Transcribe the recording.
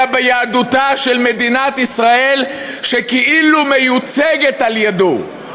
אלא ביהדותה של מדינת ישראל שכאילו מיוצגת על-ידיו.